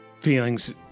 feelings